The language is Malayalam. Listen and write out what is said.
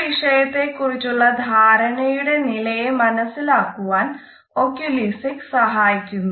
ഒരു വിഷയത്തെ കുറിച്ചുള്ള ധാരണയുടെ നിലയെ മനസ്സിലാക്കുവാൻ ഒക്യൂലെസിക്സ് സഹായിക്കുന്നു